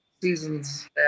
seasons